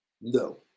No